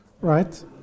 Right